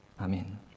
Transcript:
Amen